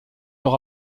leur